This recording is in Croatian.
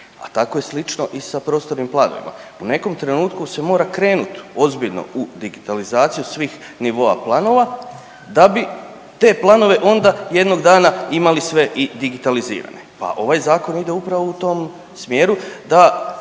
pa tako je slično i sa prostornim planovima. U nekom trenutku se mora krenuti ozbiljno u digitalizaciju svih nivoa planova da bi te planove onda jednog dana imali sve i digitalizirane, pa ovaj Zakon ide upravo u tom smjeru da